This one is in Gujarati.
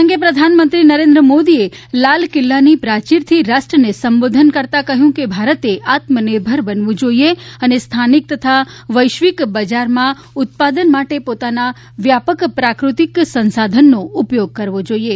આ પ્રસંગે પ્રધાનમંત્રી નરેન્દ્ર મોદીએ લાલ કિલ્લાની પ્રાચીરથી રાષ્ટ્રને સંબોધન કરતા કહ્યું કે ભારતને આત્મનિર્ભર બનવું જોઇએ અને સ્થાનિક તથા વૈશ્વિક બજારમાં ઉત્પાદન માટે પોતાના વ્યાપક પ્રાકૃતિક સંસાધનોનો ઉપયોગ કરવો જોઇએ